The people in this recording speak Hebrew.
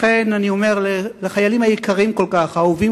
לכן אני אומר לחיילים היקרים כל כך,